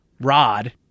rod